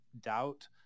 doubt